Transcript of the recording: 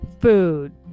food